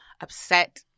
upset